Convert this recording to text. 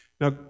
Now